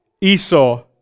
Esau